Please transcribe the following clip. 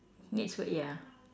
needs food ya